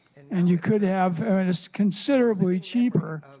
and you could have ah it so considerably cheaper.